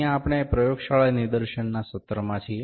અહીંયા આપણે પ્રયોગશાળા નિદર્શનના સત્રમાં છીએ